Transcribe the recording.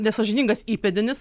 nesąžiningas įpėdinis